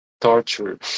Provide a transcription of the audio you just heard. torture